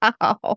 Wow